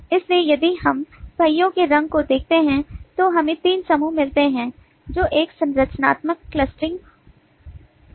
इसलिए यदि हम पहियों के रंग को देखते हैं तो हमें तीन समूह मिलते हैं जो एक संरचनात्मक क्लस्टरिंग हो सकते हैं